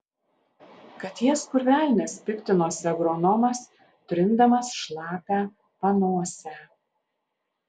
kad jas kur velnias piktinosi agronomas trindamas šlapią panosę